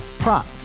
Prop